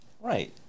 Right